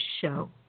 show